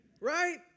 right